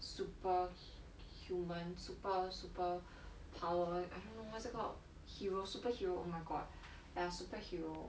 superhuman super superpower I don't know what's it called hero superhero oh my god ya superhero